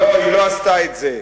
לא, היא לא עשתה את זה.